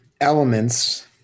elements